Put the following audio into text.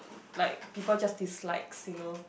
like people just dislikes you know